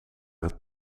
het